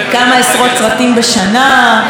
ממלא אולמות,